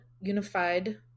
Unified